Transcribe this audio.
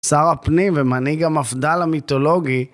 שר הפנים ומנהיג המפד"ל המיתולוגי